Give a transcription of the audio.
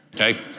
okay